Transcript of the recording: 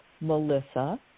Melissa